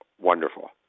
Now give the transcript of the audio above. wonderful